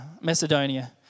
Macedonia